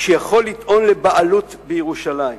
שיכול לטעון לבעלות בירושלים.